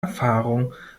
erfahrung